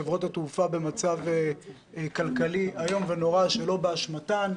חברות התעופה במצב כלכלי איום ונורא שלא באשמתן.